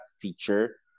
feature